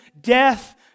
death